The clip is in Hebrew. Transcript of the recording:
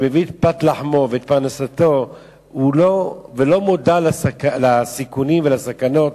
שמביא את פת לחמו ואת פרנסתו ולא מודע לסיכונים ולסכנות,